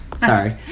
sorry